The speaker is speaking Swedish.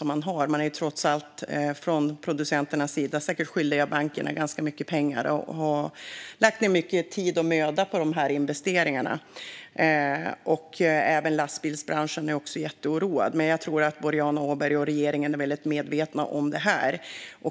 Producenterna är trots allt säkert skyldiga bankerna ganska mycket pengar, och man har lagt ned mycket tid och möda på investeringarna. Även lastbilsbranschen är jätteoroad. Jag tror att Boriana Åberg och regeringen är väldigt medvetna om detta.